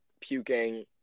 puking